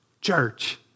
church